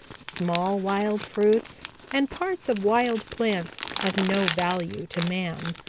small wild fruits and parts of wild plants of no value to man.